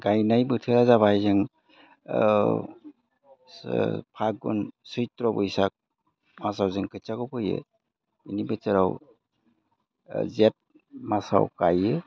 गायनाय बोथोरा जाबाय जों फागुन सैथ्र' बैसाग मासाव जों खोथियाखौ फोयो बेनिफ्राय जेराव जेत मासाव गायो